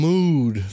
Mood